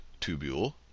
tubule